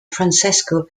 francesco